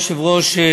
אדוני היושב-ראש,